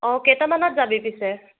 অঁ কেইটামানত যাবি পিছে